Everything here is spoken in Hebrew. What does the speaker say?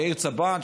יאיר צבן,